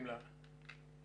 מרכז הידע הלאומי?